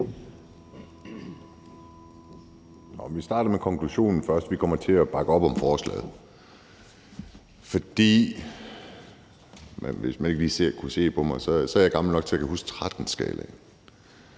Jeg starter med konklusionen først: Vi kommer til at bakke op om forslaget. Hvis man ikke lige kan se det på mig, kan jeg sige, at jeg er gammel nok til at kunne huske